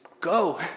go